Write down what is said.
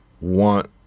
want